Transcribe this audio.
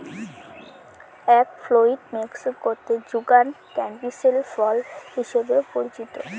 egg fruit মেক্সিকোতে যুগান canistel ফল হিসাবে পরিচিত